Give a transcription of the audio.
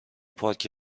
پارک